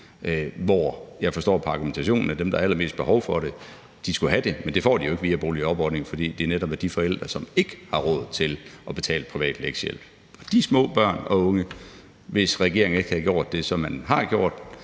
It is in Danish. Jeg forstår på argumentationen, at dem, der har allermest behov for lektiehjælpen, skal have det, men det får de jo ikke via boligjobordningen, fordi der netop er tale om forældre, som ikke har råd til at betale privat lektiehjælp. Hvis regeringen ikke havde gjort det, som man har gjort,